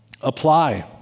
apply